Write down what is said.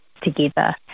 together